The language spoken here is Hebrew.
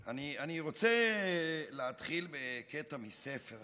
אני רוצה להתחיל בקטע מספר,